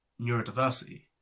neurodiversity